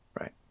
Right